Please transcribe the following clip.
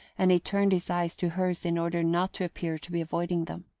and he turned his eyes to hers in order not to appear to be avoiding them.